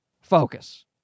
focus